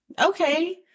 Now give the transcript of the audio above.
Okay